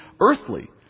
earthly